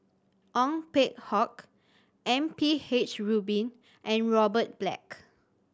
Ong Peng Hock M P H Rubin and Robert Black